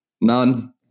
None